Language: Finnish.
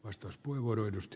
arvoisa puhemies